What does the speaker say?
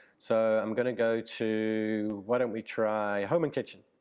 so i'm gonna go to why don't we try home and kitchen.